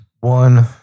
One